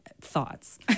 thoughts